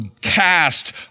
cast